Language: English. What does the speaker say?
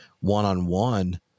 one-on-one